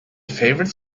favorite